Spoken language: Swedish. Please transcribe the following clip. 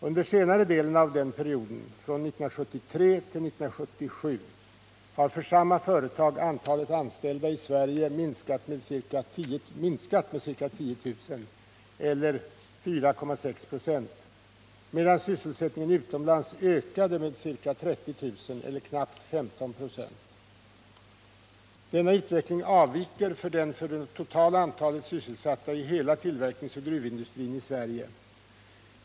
Under den senare delen av denna 17 november 1978 period — från 19731. o. m. 1977 — har för samma företag antalet anställda i Sverige minskat med ca 10 000, eller med 4,6 26, medan sysselsättningen utomlands ökade med ca 30000 personer eller knappt 15 96. Denna utveckling avviker från den för det totala antalet sysselsatta i hela tillverkningsoch gruvindustrin i Sverige.